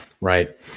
Right